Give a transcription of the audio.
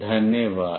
धन्यवाद